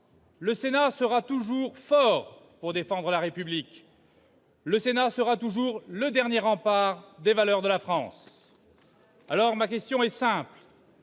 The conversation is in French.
Le Sénat sera toujours fort pour défendre la République ; le Sénat sera toujours le dernier rempart des valeurs de la France. Ma question est donc simple.